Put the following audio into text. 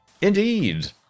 Indeed